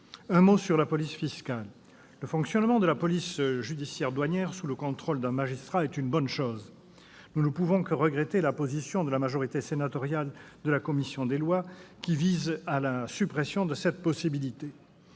Un mot sur la « police fiscale ». Le fonctionnement de la police judiciaire douanière sous le contrôle d'un magistrat est une bonne chose. Nous ne pouvons que regretter la position de la majorité sénatoriale de la commission des lois, qui veut supprimer cette possibilité.